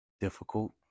Difficult